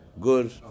good